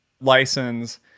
license